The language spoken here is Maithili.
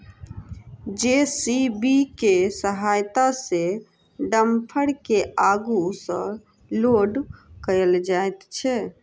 जे.सी.बी के सहायता सॅ डम्फर के आगू सॅ लोड कयल जाइत छै